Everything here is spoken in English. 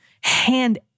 hand